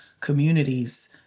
communities